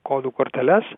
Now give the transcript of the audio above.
kodų korteles